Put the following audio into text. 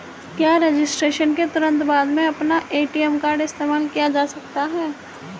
क्या रजिस्ट्रेशन के तुरंत बाद में अपना ए.टी.एम कार्ड इस्तेमाल किया जा सकता है?